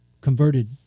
converted